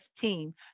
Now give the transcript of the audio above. team